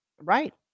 Right